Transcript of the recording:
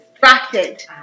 distracted